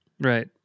Right